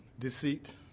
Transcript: Deceit